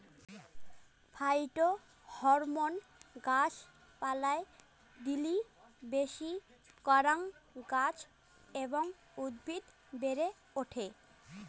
phytohormone গাছ পালায় দিলি বেশি করাং গাছ এবং উদ্ভিদ বেড়ে ওঠে